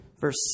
Verse